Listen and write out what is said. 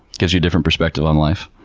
gives you a different perspective on life.